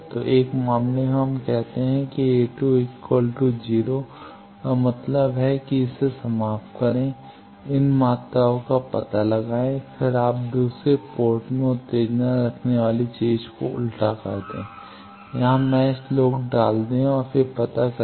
तो 1 मामले में हम कहते हैं कि a2 0 का मतलब है कि इसे समाप्त करें इन मात्राओं का पता लगाएं फिर आप दूसरी पोर्ट में उत्तेजना रखने वाली चीज़ को उल्टा कर दें यहाँ मैच लोड डाल दें और फिर पता करें